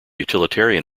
utilitarian